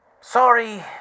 sorry